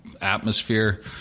atmosphere